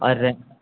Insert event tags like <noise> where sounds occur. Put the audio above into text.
और रै <unintelligible>